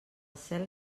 cel